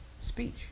Speech